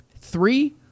three